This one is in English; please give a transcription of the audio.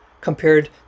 compared